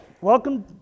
Welcome